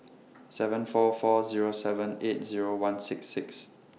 seven four four Zero seven eight Zero one six six